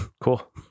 Cool